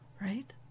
right